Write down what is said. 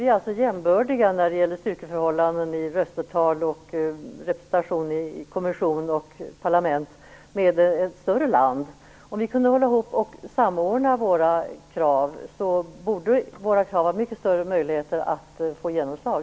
Då skulle vi bli jämbördiga när det gäller styrkeförhållanden i röstetal och representation i kommission och parlament med ett större land. Om vi kunde hålla ihop och samordna våra krav borde de ha mycket större möjligheter att få genomslag.